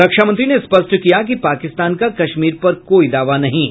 रक्षामंत्री ने स्पष्ट किया कि पाकिस्तान का कश्मीर पर कोई दावा नहीं है